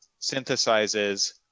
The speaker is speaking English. synthesizes